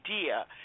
idea